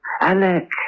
Alec